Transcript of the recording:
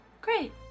great